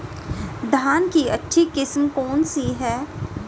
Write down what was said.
धान की अच्छी किस्म कौन सी है?